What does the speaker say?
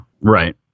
right